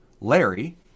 Larry